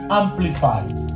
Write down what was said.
amplified